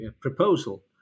proposal